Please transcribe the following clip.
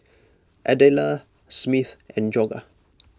Adela Smith and Jorja